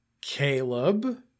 Caleb